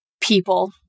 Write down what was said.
people